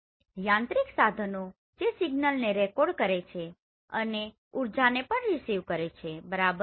યાંત્રિક સાધનો કે જે સિગ્નલને રેકોર્ડ કરે છે અને ઉર્જા ને પણ રિસીવ કરે છે બરોબર